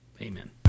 amen